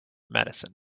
medicine